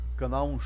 canal